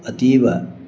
अतीव